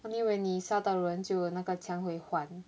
only when 你杀到人就那个枪会换